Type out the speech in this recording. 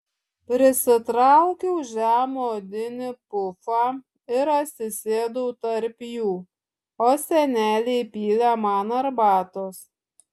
prisitraukiau žemą odinį pufą ir atsisėdau tarp jų o senelė įpylė man arbatos